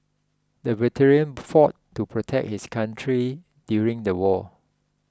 the veteran fought to protect his country during the war